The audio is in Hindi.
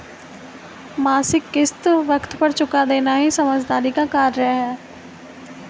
मासिक किश्त वक़्त पर चूका देना ही समझदारी का कार्य है